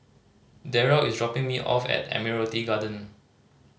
Derrell is dropping me off at Admiralty Garden